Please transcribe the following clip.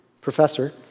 professor